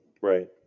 Right